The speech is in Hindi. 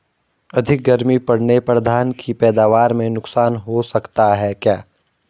अधिक गर्मी पड़ने पर धान की पैदावार में नुकसान हो सकता है क्या?